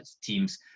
teams